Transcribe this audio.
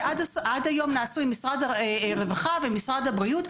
שעד היום נעשו עם משרד הרווחה ומשרד הבריאות,